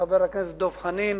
לחבר הכנסת דב חנין